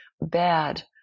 bad